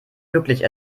wirklich